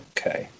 Okay